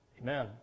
Amen